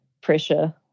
pressure